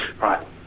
right